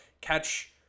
catch